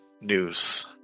news